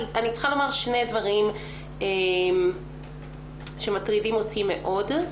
אני צריכה לומר שני דברים שמטרידים אותי מאוד: